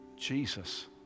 Jesus